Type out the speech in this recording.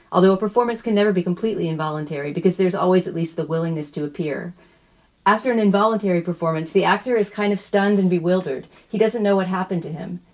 although performance can never be completely involuntary because there's always at least the willingness to appear after an involuntary performance. the actor is kind of stunned and bewildered. he doesn't know what happened to him.